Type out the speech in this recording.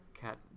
cat